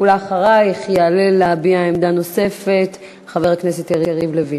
אחרייך יעלה להביע עמדה נוספת חבר הכנסת יריב לוין.